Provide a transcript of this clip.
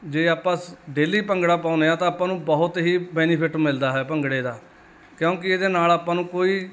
ਜੇ ਆਪਾਂ ਸ ਡੇਲੀ ਭੰਗੜਾ ਪਾਉਂਦੇ ਹਾਂ ਤਾਂ ਆਪਾਂ ਨੂੰ ਬਹੁਤ ਹੀ ਬੈਨੀਫਿਟ ਮਿਲਦਾ ਹੈ ਭੰਗੜੇ ਦਾ ਕਿਉਂਕਿ ਇਹਦੇ ਨਾਲ ਆਪਾਂ ਨੂੰ ਕੋਈ